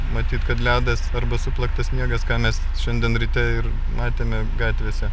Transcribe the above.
matyt kad ledas arba suplaktas sniegas ką mes šiandien ryte ir matėme gatvėse